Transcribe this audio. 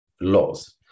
laws